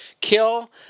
Kill